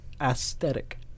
aesthetic